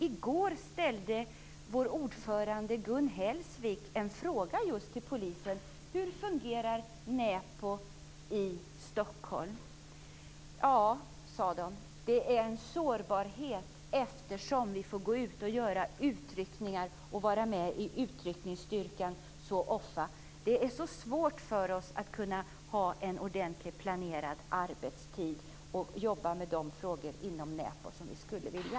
I går ställde vår ordförande, Gun Hellsvik, en fråga till polisen om hur näpo fungerar i Stockholm. Man sade: Det är en sårbarhet eftersom vi får göra utryckningar och vara med i utryckningsstyrkan så ofta. Det är så svårt för oss att kunna ha en ordentligt planerad arbetstid och jobba med de frågor inom näpo som vi skulle vilja.